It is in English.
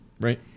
right